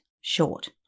short